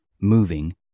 moving